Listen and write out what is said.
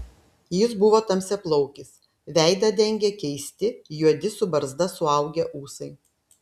jis buvo tamsiaplaukis veidą dengė keisti juodi su barzda suaugę ūsai